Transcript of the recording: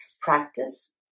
practice